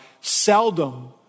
seldom